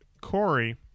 Corey